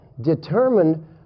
determined